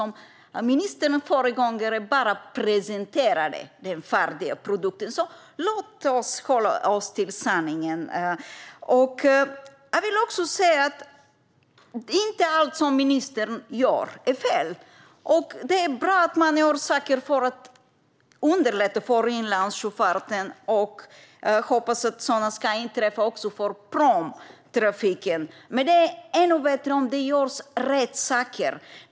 Ministerns föregångare presenterade bara den färdiga produkten. Låt oss hålla oss till sanningen. Jag vill också säga att inte allt som ministern gör är fel. Det är bra att man gör saker för att underlätta för inlandssjöfarten. Jag hoppas att samma sak ska ske för pråmtrafiken. Men det är ännu bättre om rätt saker görs.